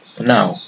Now